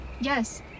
Yes